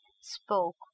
spoke